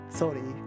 sorry